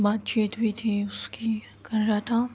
بات چیت بھی تھی اس کی کر رہا تھا